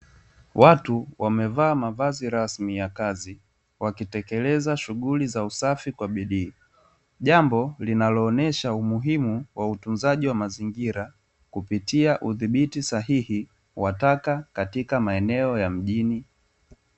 Watu wamevaa mavazi rasmi ya kazi wakitekeleza shughuli za usafi kwa bidii, jambo linaloonyesha umuhimu wa utunzaji wa mazingira kupitia udhibiti sahihi wa taka katika maeneo ya mjini.